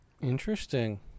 Interesting